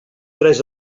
tres